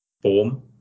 form